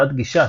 הרשאת גישה,